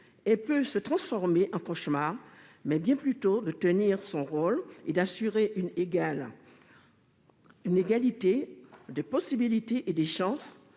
elle peut se transformer en cauchemar -, mais bien plutôt de tenir son rôle et d'assurer une égalité des possibles et des chances